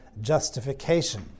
justification